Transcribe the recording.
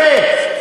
משה.